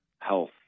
health